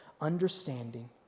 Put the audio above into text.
understanding